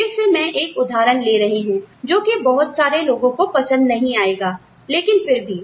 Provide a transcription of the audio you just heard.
फिर से मैं एक उदाहरण ले रही हूं जो कि बहुत सारे लोगों को पसंद नहीं आएगा लेकिन फिर भी